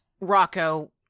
Rocco